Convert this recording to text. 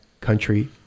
Country